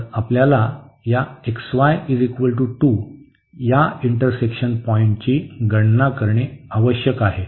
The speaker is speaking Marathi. तर आपल्याला या xy 2 च्या इंटरसेक्शन पॉईंटची गणना करणे आवश्यक आहे